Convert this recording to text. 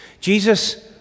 Jesus